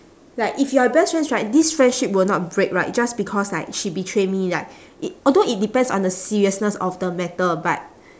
like if you are best friends right this friendship will not break right just because like she betray me like it although it depends on the seriousness of the matter but